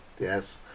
yes